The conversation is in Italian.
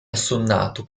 assonnato